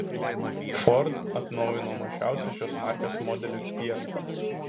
ford atnaujino mažiausią šios markės modelį fiesta